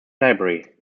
library